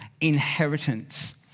Inheritance